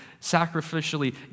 sacrificially